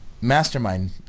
mastermind